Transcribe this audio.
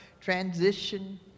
transition